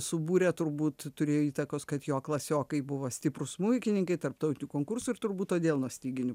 subūrė turbūt turėjo įtakos kad jo klasiokai buvo stiprūs smuikininkai tarptautinių konkursų ir turbūt todėl nuo styginių